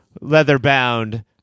leather-bound